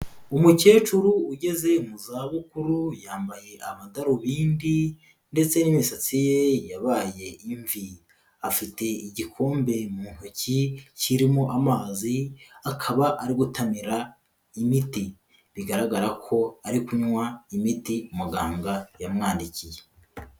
Umukecuru ugeze mu zabukuru yambaye amadarubindi ndetse n'imisatsi ye yabaye imvi. Afite igikombe mu ntoki kirimo amazi, akaba ari gutamira imiti. Bigaragara ko ari kunywa imiti muganga yamwandikiye.